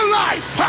life